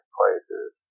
places